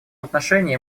отношении